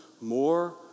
more